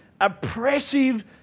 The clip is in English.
oppressive